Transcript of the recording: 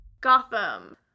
Gotham